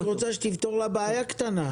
היא רק רוצה שתפתור לה בעיה קטנה,